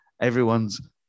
everyone's